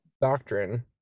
doctrine